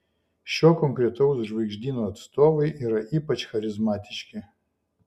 šio konkretaus žvaigždyno atstovai yra ypač charizmatiški